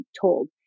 told